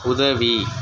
உதவி